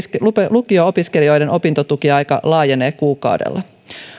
lukio opiskelijoiden opintotukiaika laajenee kuukaudella